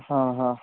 हं हं